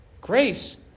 Grace